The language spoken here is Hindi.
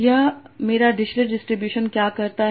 तो मेरा डिरिचलेट डिस्ट्रीब्यूशन क्या करता है